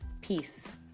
peace